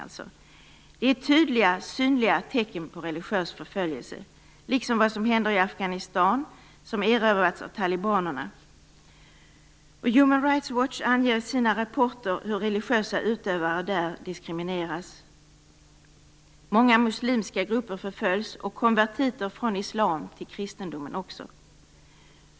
Detta är tydliga synliga tecken på religiös förföljelse, liksom det som händer i Afghanistan som erövrats av talibanerna. Human Rights Watch anger i sina rapporter hur religiösa utövare där diskrimineras. Många muslimska grupper förföljs liksom konvertiter från islam till kristendomen.